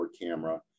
camera